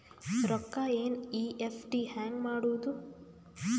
ರೊಕ್ಕ ಎನ್.ಇ.ಎಫ್.ಟಿ ಹ್ಯಾಂಗ್ ಮಾಡುವುದು?